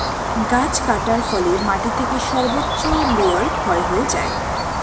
গাছ কাটার ফলে মাটি থেকে সর্বোচ্চ লেয়ার ক্ষয় হয়ে যায়